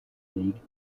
league